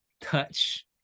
touch